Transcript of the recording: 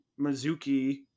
Mizuki